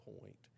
point